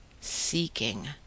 seeking